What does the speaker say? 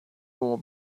more